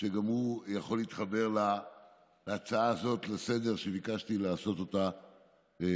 שגם הוא יכול להתחבר להצעה לסדר-היום הזאת שביקשתי לעשות בפגרה.